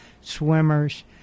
swimmers